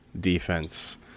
defense